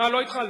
לא התחלנו.